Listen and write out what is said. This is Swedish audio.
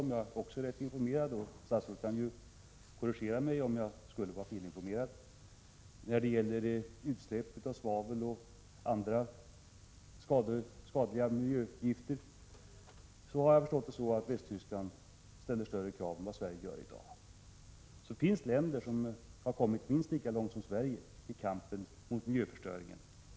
Om jag är rätt informerad — statsrådet kan ju korrigera mig om jag skulle vara felinformerad — ställer Västtyskland också högre krav än Sverige när det gäller utsläpp av svavel och andra skadliga miljögifter. Det finns således länder som har kommit minst lika långt som Sverige i kampen mot miljöförstöringen.